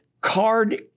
card